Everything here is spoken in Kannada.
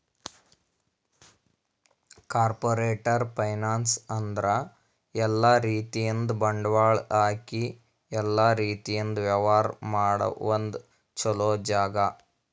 ಕಾರ್ಪೋರೇಟ್ ಫೈನಾನ್ಸ್ ಅಂದ್ರ ಎಲ್ಲಾ ರೀತಿಯಿಂದ್ ಬಂಡವಾಳ್ ಹಾಕಿ ಎಲ್ಲಾ ರೀತಿಯಿಂದ್ ವ್ಯವಹಾರ್ ಮಾಡ ಒಂದ್ ಚೊಲೋ ಜಾಗ